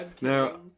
No